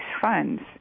funds